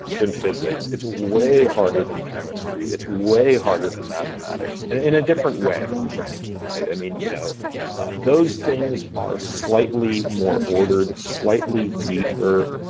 than physics. it's way harder than chemistry. it's way harder than mathematics. in a different way, right? right i mean, you know those things are slightly more ordered, slightly neater.